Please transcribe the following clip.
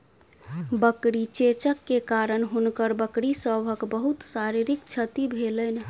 बकरी चेचक के कारण हुनकर बकरी सभक बहुत शारीरिक क्षति भेलैन